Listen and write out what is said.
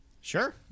Sure